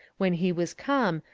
when he was come,